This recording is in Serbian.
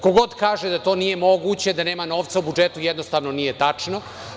Ko god kaže da to nije moguće, da nema novca u budžetu, jednostavno nije tačno.